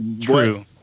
True